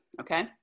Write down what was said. okay